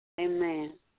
Amen